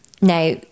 now